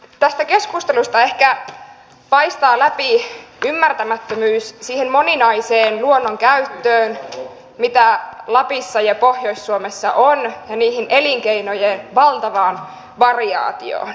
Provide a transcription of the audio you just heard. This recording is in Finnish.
tästä keskustelusta ehkä paistaa läpi ymmärtämättömyys siihen moninaiseen luonnon käyttöön mitä lapissa ja pohjois suomessa on ja siihen elinkeinojen valtavaan variaatioon